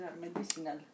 medicinal